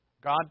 God